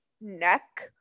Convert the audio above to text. neck